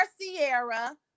Sierra